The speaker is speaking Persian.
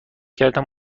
کردم